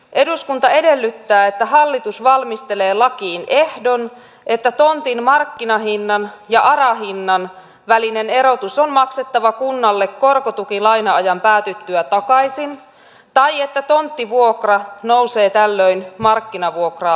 eduskunta edellyttää että hallitus valmistelee lakiin ehdon että tontin markkinahinnan ja ara hinnan välinen erotus on maksettava kunnalle korkotukilaina ajan päätyttyä takaisin tai että tonttivuokra nousee tällöin markkinavuokraa vastaavaksi